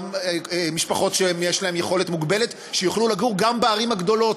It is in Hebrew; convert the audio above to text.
גם משפחות שיש להן יכולת מוגבלת שיוכלו לגור גם בערים הגדולות.